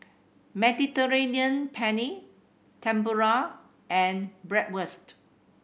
Mediterranean Penne Tempura and Bratwurst